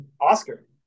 Oscar